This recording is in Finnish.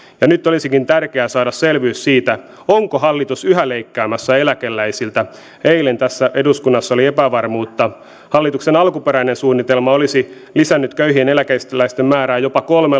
ja nyt olisikin tärkeää saada selvyys siitä onko hallitus yhä leikkaamassa eläkeläisiltä eilen eduskunnassa oli epävarmuutta tästä hallituksen alkuperäinen suunnitelma olisi lisännyt köyhien eläkeläisten määrää jopa kolmellakymmenellätuhannella